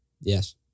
Yes